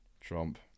Trump